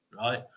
right